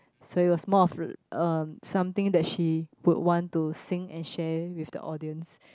so it was more of uh something she would want to sing and share with the audience